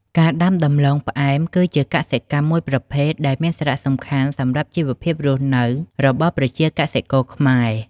ការដាំដំឡូងផ្អែមគឺជាកសិកម្មមួយប្រភេទដែលមានសារសំខាន់សម្រាប់ជីវភាពរស់នៅរបស់កសិករខ្មែរ។